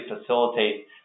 facilitate